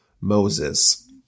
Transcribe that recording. Moses